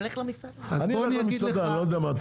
אני הולך למסעדה, לא יודע מה אתה אומר.